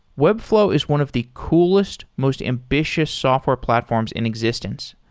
webflow is one of the coolest, most ambitious software platforms in existence.